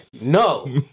No